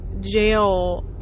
jail